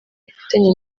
ifitanye